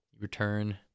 Return